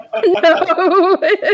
No